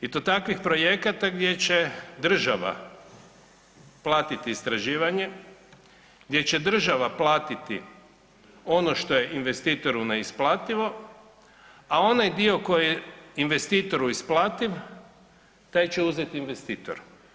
I to takvih projekata gdje će država platiti istraživanje, gdje će država platiti ono što je investitoru neisplativo, a onaj dio koji je investitoru isplativ taj će uzeti investitor.